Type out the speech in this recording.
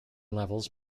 levels